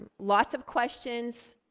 lots of questions,